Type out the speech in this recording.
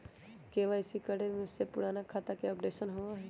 KYC करें से पुराने खाता के अपडेशन होवेई?